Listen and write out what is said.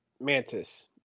mantis